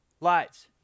Lights